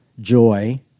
joy